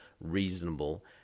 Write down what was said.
reasonable